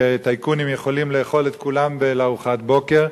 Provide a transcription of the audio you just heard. שטייקונים יכולים לאכול את כולם לארוחת בוקר,